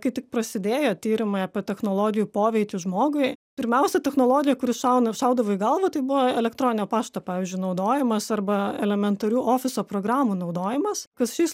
kai tik prasidėjo tyrimai apie technologijų poveikį žmogui pirmiausia technologija kuri šauna ir šaudavo į galvą tai buvo elektroninio pašto pavyzdžiui naudojimas arba elementarių ofiso programų naudojimas kas šiais